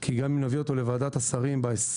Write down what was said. כי גם אם נביא אותו לוועדת השרים ב-20.2,